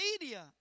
media